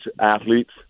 athletes